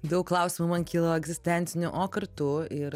daug klausimų man kilo egzistencinių o kartu ir